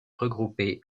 regroupées